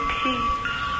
peace